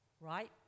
Right